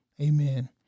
Amen